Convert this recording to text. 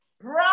bro